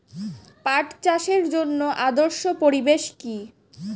পাট চাষের জন্য আদর্শ পরিবেশ কি?